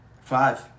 Five